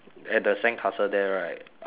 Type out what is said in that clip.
at the sandcastle there right uh